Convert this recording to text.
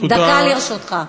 דקה לרשותך.